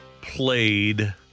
played